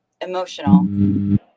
emotional